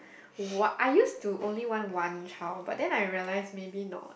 what I used to only want one child but then I realise maybe not